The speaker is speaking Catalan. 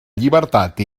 llibertat